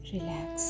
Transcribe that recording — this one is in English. Relax